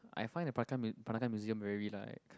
I find the Peranakan Peranakan Museum really like